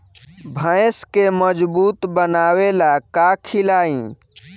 भैंस के मजबूत बनावे ला का खिलाई?